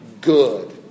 good